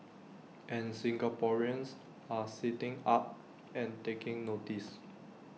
and Singaporeans are sitting up and taking notice